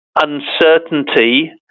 uncertainty